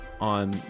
on